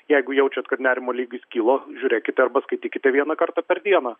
jeigu jaučiat kad nerimo lygis kilo žiūrėkit arba skaitykite vieną kartą per dieną